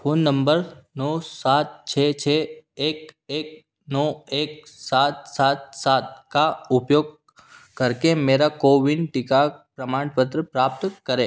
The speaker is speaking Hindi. फ़ोन नम्बर नौ सात छः छः एक एक नौ एक सात सात सात का उपयोग करके मेरा कोविन टीका प्रमाणपत्र प्राप्त करें